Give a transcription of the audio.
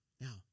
Now